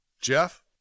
Jeff